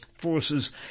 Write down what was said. forces